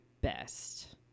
best